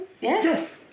Yes